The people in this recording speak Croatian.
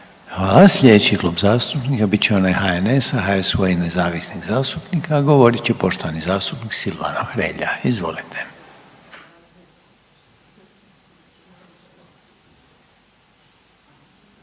Hvala. Slijedeći klub zastupnika bit će onaj HNS-a, HSU-a i nezavisnih zastupnika, a govorit će poštovani zastupnik Silvano Hrelja. Izvolite. **Hrelja,